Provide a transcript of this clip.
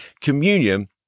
Communion